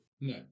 no